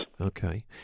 Okay